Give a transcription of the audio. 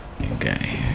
okay